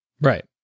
right